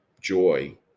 joy